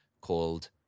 called